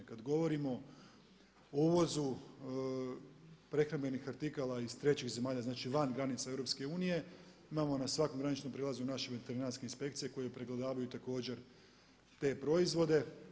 Kad govorimo o uvozu prehrambenih artikala iz trećih zemalja, znači van granica EU imamo na svakom graničnom prijelazu naše veterinarske inspekcije koje pregledavaju također te proizvode.